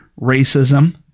racism